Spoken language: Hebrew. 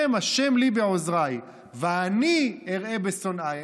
הם "ה' לי בעזרי ואני אראה בשונאי".